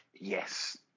yes